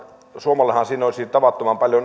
siinä olisi tavattoman paljon etua